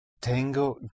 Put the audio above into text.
Tengo